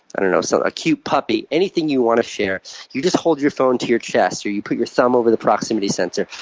and you know so a cute puppy, anything you want to share you just hold your phone your chest, or you put your thumb over the proximity sensor,